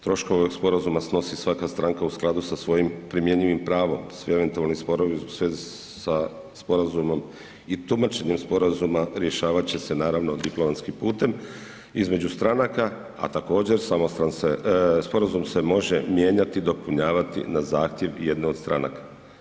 Troškove ovog sporazuma snosi svaka stranka u skladu sa svojim primjenjivim pravom, svi eventualni sporovi u svezi sa sporazumom i tumačenjem sporazuma rješavat će se naravno diplomatskim putem između stranaka, a također sporazum se može mijenjati, dopunjavati na zahtjev jedne od stranaka.